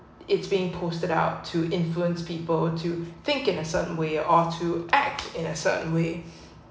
it's being posted out to influence people to think in a certain way or to act in a certain way